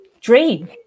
Dream